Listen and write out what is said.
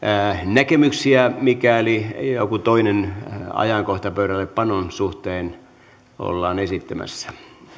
näkemyksiä mikäli jotain toista ajankohtaa pöydällepanon suhteen ollaan esittämässä